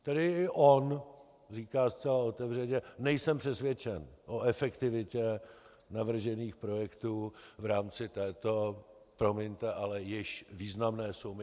Tedy i on říká zcela otevřeně: nejsem přesvědčen o efektivitě navržených projektů v rámci této promiňte ale již výrazné sumy.